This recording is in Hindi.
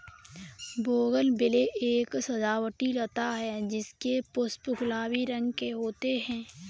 बोगनविले एक सजावटी लता है जिसके पुष्प गुलाबी रंग के होते है